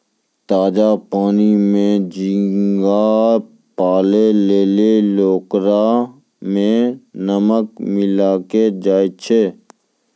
ताजा पानी में झींगा पालै लेली ओकरा में नमक मिलैलोॅ जाय छै